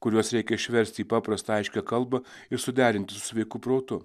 kuriuos reikia išversti į paprastą aiškią kalbą ir suderinti su sveiku protu